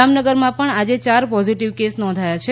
જામનગરમાં પણ આજે ચાર પોઝીટીવ કેસ નોંધાયા છે